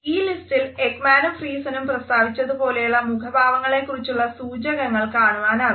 ഈ ലിസ്റ്റിൽ എക്മാനും ഫ്രീസെനും പ്രസ്താവിച്ചതുപോലയുള്ള മുഖഭാവങ്ങളെക്കുറിച്ചുള്ള സൂചകങ്ങൾ കാണുവാനാകും